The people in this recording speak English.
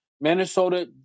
Minnesota